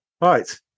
Right